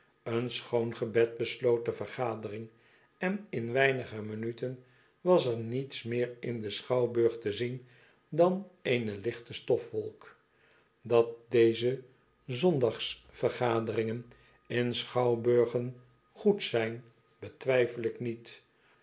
een schoon gebed besloot de vergaderiog en in weinige minuten was er niets meer in den schouwburg te zien dan eene lichte stofwolk dat deze zondags vergaderingen in schouwburgen goed zijn betwijfel ik niet